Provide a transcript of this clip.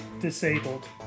disabled